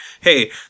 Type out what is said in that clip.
hey